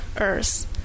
earth